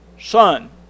Son